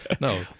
no